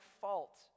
fault